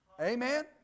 amen